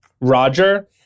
roger